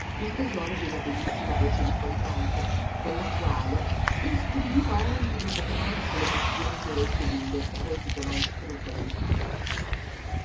il tesoro d'una bellissima voce di contralto con la quale istupidiva ogni dopo pranzo le pazienti orecchie d'un decrepito maestrucolo di canto